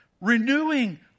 renewing